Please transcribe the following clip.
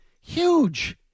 Huge